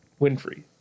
Winfrey